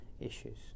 issues